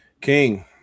King